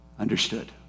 understood